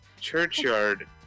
Churchyard